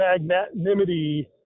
magnanimity